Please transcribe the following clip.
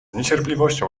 niecierpliwością